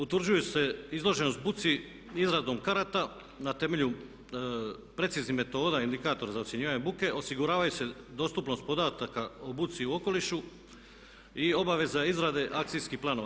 Utvrđuju se izloženost buci izradom karata na temelju preciznih metoda, indikator za ocjenjivanje buke, osiguravaju se dostupnost podataka o buci i okolišu i obaveza izrade akcijskih planova.